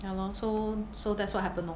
ya lor so so that's what happened lor